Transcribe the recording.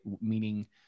Meaning